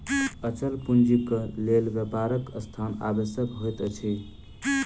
अचल पूंजीक लेल व्यापारक स्थान आवश्यक होइत अछि